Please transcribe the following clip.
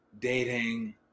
dating